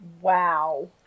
Wow